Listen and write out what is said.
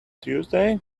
tuesday